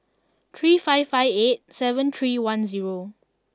three five five eight seven three one zero